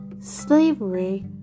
Slavery